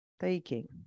taking